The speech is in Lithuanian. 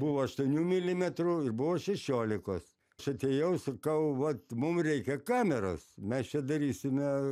buvo aštuonių milimetrų ir buvo šešiolikos š atėjau sukau vat mum reikia kameros mes čia darysime